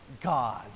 God